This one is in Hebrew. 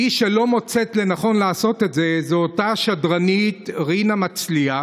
מי שלא מוצאת לנכון לעשות את זה זו אותה שדרנית רינה מצליח,